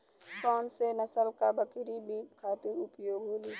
कौन से नसल क बकरी मीट खातिर उपयोग होली?